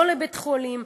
לא לבית-חולים,